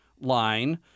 line